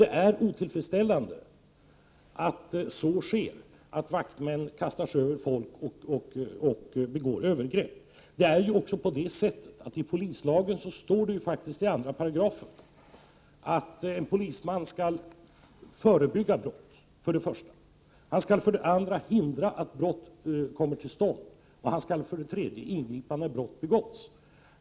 Det är otillfredsställande att det förekommer att vaktmän kastar sig över folk och begår övergrepp. Polislagen föreskriver faktiskt i 2 § att polisman för det första skall förebygga brott. För det andra skall han hindra att brott kommer till stånd. För det tredje skall han ingripa om brott begåtts.